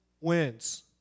wins